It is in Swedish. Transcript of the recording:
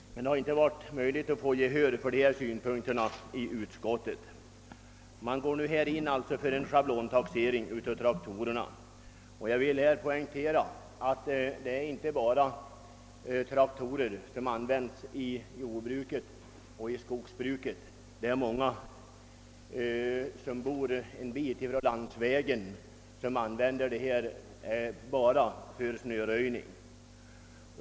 Det har inte varit möjligt att få gehör för dessa synpunkter i utskottet. Man går här alltså in för en schablontaxering av traktorer. Jag vill poängtera att det inte bara är fråga om traktorer som används i jordbruk och i skogsbruk. Många som bor en bit från allmän landsväg använder sådana traktorer bara för snöröjning.